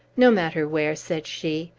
no matter where, said she.